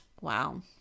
Wow